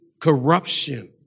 corruption